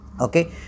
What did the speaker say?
okay